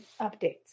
updates